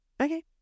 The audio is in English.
Okay